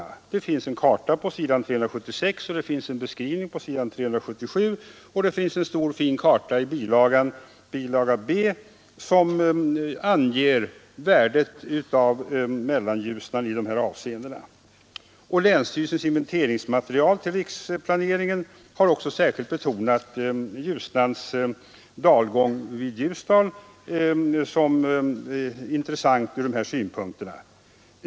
I rapporten finns en karta på s. 376 med beskrivning på s. 377, och i bilaga B finns det en stor fin karta som anger värdet av Mellanljusnan i dessa avseenden. Länsstyrelsens inventeringsmaterial till riksplaneringen har också särskilt betonat Ljusnans dalgång vid Ljusdal som intressant ur dessa synpunkter.